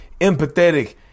empathetic